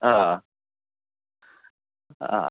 हां हां